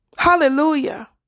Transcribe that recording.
Hallelujah